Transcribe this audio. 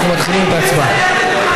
אנחנו מתחילים את ההצבעה.